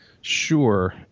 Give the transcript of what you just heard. Sure